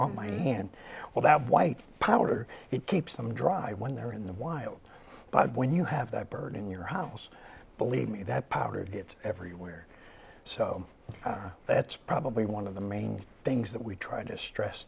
on my hand well that white powder it keeps them dry when they're in the wild but when you have that bird in your house believe me that powder gets everywhere so that's probably one of the main things that we try to stress